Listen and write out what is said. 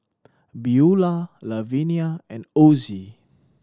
Beula Lavenia and Ozie